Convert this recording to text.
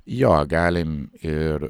jo galim ir